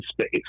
space